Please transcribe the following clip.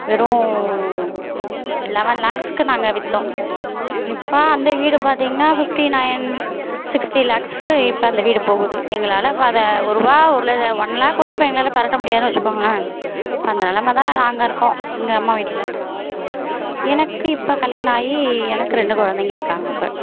வெறும் லெவன் லாக்ஸுக்கு நாங்கள் விற்றோம் இப்போ அந்த வீடு பார்த்தீங்கன்னா ஃபிஃப்ட்டி நைன் சிக்ஸ்ட்டி லாக்ஸுக்கு இப்போ அந்த வீடு போகுது எங்களால் இப்போஅதை ஒருபா ஒரு ல த ஒன் லேக் கூட இப்போ எங்களால் புரட்ட முடியாதுனு வெச்சுக்கோங்களேன் இப்போ அந்த நெலமை தான் நாங்கள் இருக்கோம் எங்கள் அம்மா வீட்டில் எனக்கு இப்போ கல்யாணம் ஆகி எனக்கு ரெண்டு குழந்தைங்க இருக்காங்க இப்போ